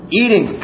eating